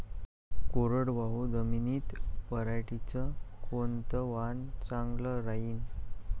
कोरडवाहू जमीनीत पऱ्हाटीचं कोनतं वान चांगलं रायीन?